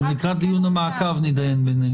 לקראת דיון המעקב נתדיין בענייניהם.